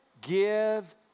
give